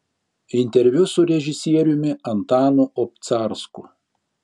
interviu su režisieriumi antanu obcarsku